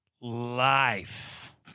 Life